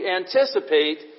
anticipate